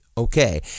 Okay